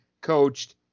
coached